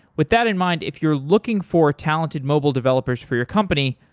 with that in mind, if you're looking for talented mobile developers for your company,